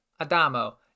Adamo